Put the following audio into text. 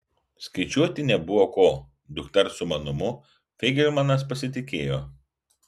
skaičiuoti nebuvo ko dukters sumanumu feigelmanas pasitikėjo